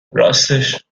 راستش